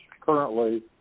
currently